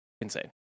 insane